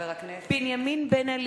(קוראת בשמות חברי הכנסת) בנימין בן-אליעזר,